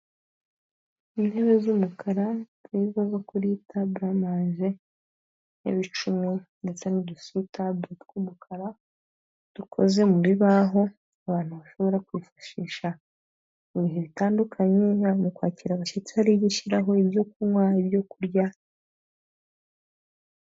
Intebe z'umukara nziza zo kuri tabulamanje, intebe ibicumi ndetse n'udusutabule tw'umukara. Dukoze mu bibaho abantu bashobora kwifashisha mu bihe bitandukanye, yaba mu kwakira abashyitsi bari gushyiraho ibyo kunywa, ibyo kukurya.